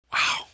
wow